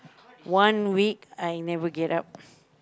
one week I never get up